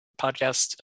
podcast